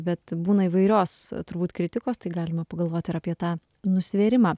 bet būna įvairios turbūt kritikos tai galima pagalvot ir apie tą nusvėrimą